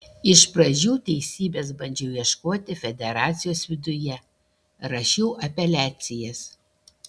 iš pradžių teisybės bandžiau ieškoti federacijos viduje rašiau apeliacijas